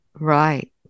Right